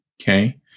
Okay